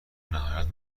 نهایت